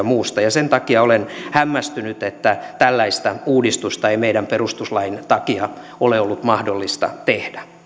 muusta sen takia olen hämmästynyt että tällaista uudistusta ei meidän perustuslain takia ole ollut mahdollista tehdä